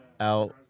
out